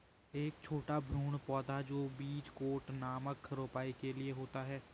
एक छोटा भ्रूण पौधा जो बीज कोट नामक रोपाई के लिए होता है